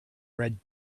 red